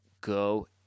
go